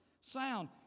sound